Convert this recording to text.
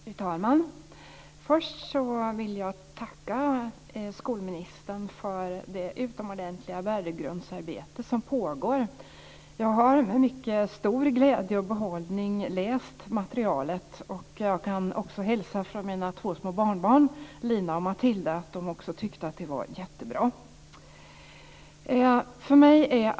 Fru talman! Först vill jag tacka skolministern för det utomordentliga värdegrundsarbete som pågår. Jag har med mycket stor glädje och behållning läst materialet. Jag kan också hälsa från mina två små barnbarn, Lina och Matilda, att de också tyckte att det var jättebra.